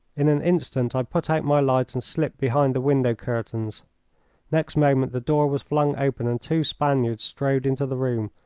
in an instant i put out my light and slipped behind the window-curtains. next moment the door was flung open and two spaniards strode into the room,